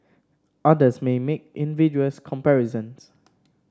others may make invidious comparisons